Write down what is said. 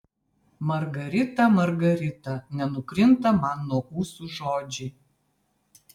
margarita margarita nenukrinta man nuo ūsų žodžiai